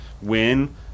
win